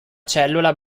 cellula